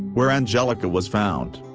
where anjelica was found.